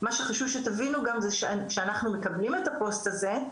מה שחשוב שתבינו גם שאנחנו מקבלים את הפוסט הזה,